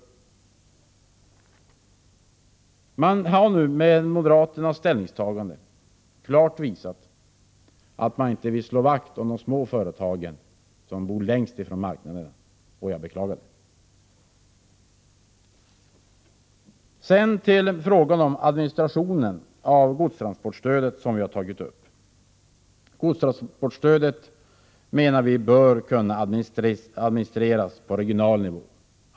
Moderaterna har nu genom sitt ställningstagande klart visat att de inte vill slå vakt om de små företag som bor längst bort från marknaden. Det beklagar jag. Så några ord om administrationen av godstransportstödet, som vi har tagit upp. Det stödet menar vi bör kunna administreras på regional nivå.